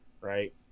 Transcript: right